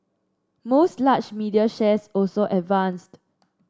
most large media shares also advanced